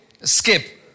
skip